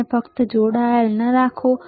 તેને ફક્ત જોડાયેલ ન રાખો